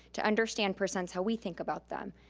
to understand percents how we think about them.